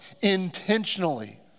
intentionally